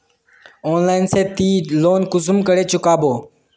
Online से ती loan कुंसम करे चुकाबो?